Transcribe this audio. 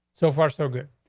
so far, so good.